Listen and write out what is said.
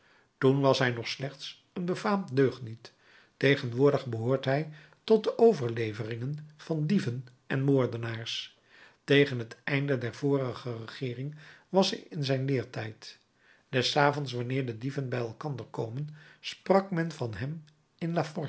toen was hij nog slechts een befaamd deugniet tegenwoordig behoort hij tot de overleveringen van dieven en moordenaars tegen het einde der vorige regeering was hij in zijn leertijd des avonds wanneer de dieven bij elkander komen sprak men van hem